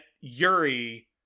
Yuri